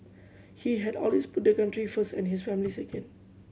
he had always put the country first and his family second